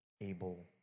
able